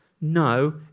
no